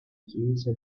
chiesa